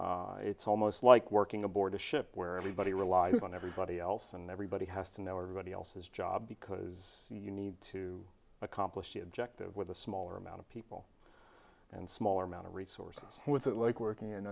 else it's almost like working aboard a ship where everybody relies on everybody else and everybody has to know everybody else's job because you need to accomplish the objective with a smaller amount of people and smaller amount of resources with it like working